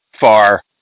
far